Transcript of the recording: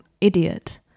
idiot